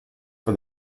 for